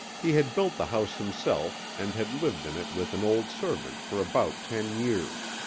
he had built the house himself and had lived in it with an old servant for about ten years.